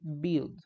build